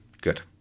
Good